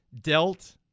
dealt